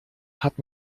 hat